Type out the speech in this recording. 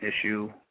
issue